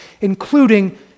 including